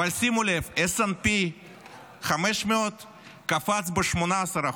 אבל שימו לב, S&P 500 קפץ ב-18%.